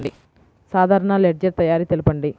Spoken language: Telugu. సాధారణ లెడ్జెర్ తయారి తెలుపండి?